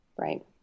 right